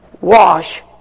wash